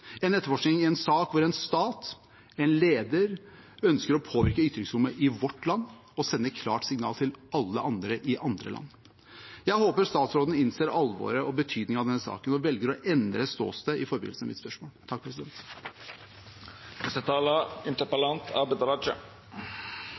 en etterforskning i en sak hvor en stat, en leder, ønsker å påvirke ytringsfriheten i vårt land og sende et klart signal til alle andre i andre land. Jeg håper statsråden innser alvoret og betydningen av denne saken, og at hun velger å endre ståsted i forbindelse med mitt spørsmål.